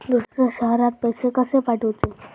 दुसऱ्या शहरात पैसे कसे पाठवूचे?